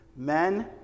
Men